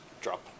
drop